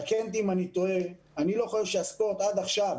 אני לא חושב שהספורט עד עכשיו